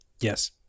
Yes